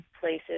places